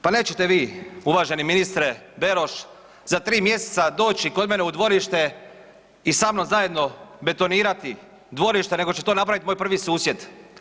Pa nećete vi, uvaženi ministre Beroš za 3 mjeseca doći kod mene u dvorište i sa mnom zajedno betonirati dvorište, nego će to napraviti moj prvi susjed.